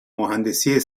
مهندسی